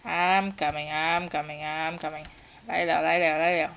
I'm coming I'm coming I'm coming 来 liao 来 liao 来 liao